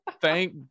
thank